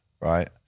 right